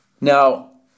Now